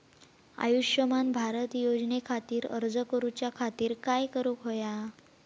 आयुष्यमान भारत योजने खातिर अर्ज करूच्या खातिर काय करुक होया?